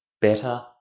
better